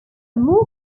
more